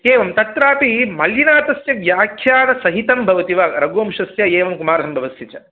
एवं तत्रापि मल्लिनाथस्य व्याख्यासहितं भवति वा रघुवंशस्य एवं कुमारसम्भवस्य च